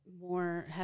more